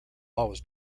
always